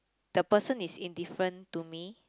the person is indifferent to me